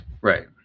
Right